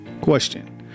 Question